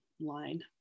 line